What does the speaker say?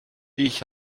ich